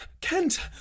Kent